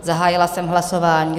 Zahájila jsem hlasování.